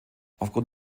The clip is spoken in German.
aufgrund